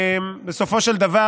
בסופו של דבר,